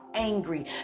angry